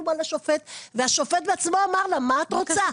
בו לשופט והשופט בעצמו אמר לה: מה את רוצה?